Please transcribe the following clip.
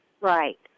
right